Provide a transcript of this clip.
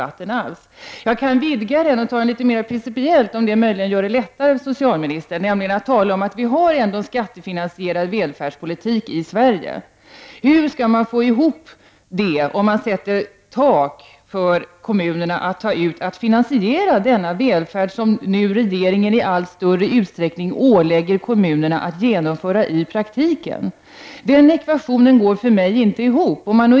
Jag kan utvidga frågeställningen och ta den litet mera principiellt, om det möjligen gör det lättare för socialministern. Det talas om att vi har en skattefinansierad välfärdspolitik i Sverige. Hur skall man få ihop detta om man sätter ett tak för kommunernas möjligheter att finansiera denna välfärd som regeringen nu i allt större utsträckning ålägger kommunerna att genomföra i praktiken? Den ekvationen går inte ihop för mig.